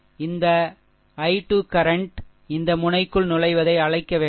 இந்த i 2 current உண்மையில் இந்த முனைக்குள் நுழைவதை அழைக்க வேண்டும்